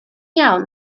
iawn